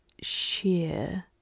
sheer